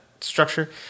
structure